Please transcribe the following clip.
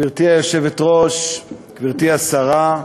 גברתי היושבת-ראש, גברתי השרה,